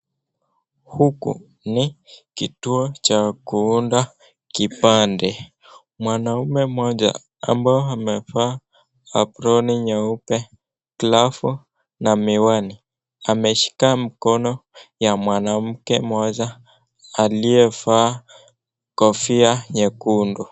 Huku ni kutuo cha kuunda kipande , mwanaume mmoja ambaye amevaa aproni nyeupe, glavu na miwani, ameshika mkono wa mwanamke mmoja aliyevaa kofia nyekundu.